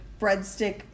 breadstick